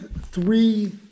three